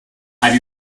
have